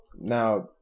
Now